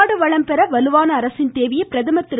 நாடு வளம் பெற வலுவான அரசின் தேவையை பிரதமர் திரு